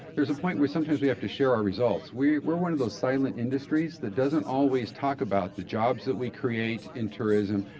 there's a point where sometimes we have to share our results. we're one of those silent industries that doesn't always talk about the jobs that we create in tourism,